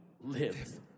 live